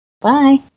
Bye